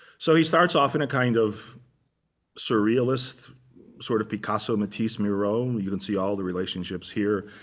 so he starts off in a kind of surrealist sort of picasso matisse murrow. you can see all the relationships here.